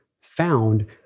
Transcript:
found